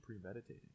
premeditated